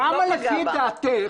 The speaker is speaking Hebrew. כבוד היושבת ראש,